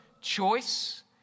choice